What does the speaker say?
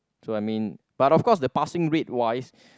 so I mean but of course the passing rate wise